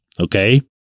Okay